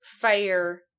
fire